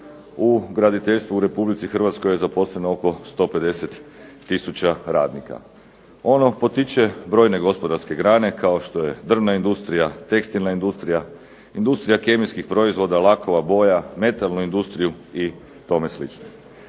u graditeljstvu u Republici Hrvatskoj je zaposleno oko 150 tisuća radnika. Ono potiče brojne gospodarske grane kao što je drvna industrija, tekstilna industrija, industrija kemijskim proizvoda, lakova, boja, metalna industriju i tome